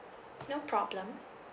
no problem